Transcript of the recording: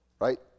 right